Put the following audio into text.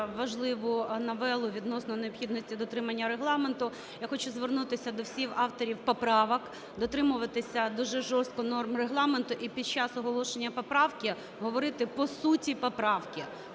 важливу новелу відносно необхідності дотримання Регламенту. Я хочу звернутися до всіх авторів поправок дотримуватися дуже жорстко норм Регламенту, і під час оголошення поправки говорити по суті поправки.